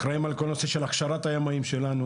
אחראים על כל הנושא של הכשרת הימאים שלנו